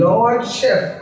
Lordship